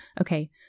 okay